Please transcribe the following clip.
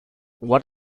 what